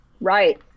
Right